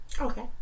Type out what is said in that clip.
Okay